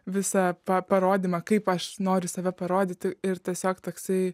visa parodymą kaip aš noriu save parodyti ir tiesiog toksai